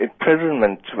imprisonment